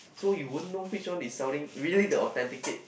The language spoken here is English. so you won't know which one is selling really the authenticate